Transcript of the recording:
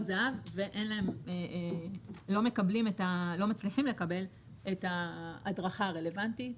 זה"ב והם לא מצליחים לקבל את ההדרכה הרלוונטית.